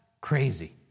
Crazy